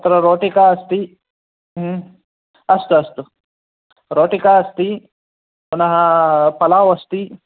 तत्र रोटिका अस्ति अस्तु अस्तु रोटिका अस्ति पुनः पलाव् अस्ति